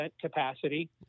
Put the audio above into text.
capacity